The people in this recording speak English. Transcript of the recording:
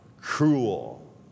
cruel